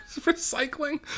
Recycling